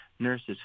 Nurses